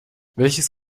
welches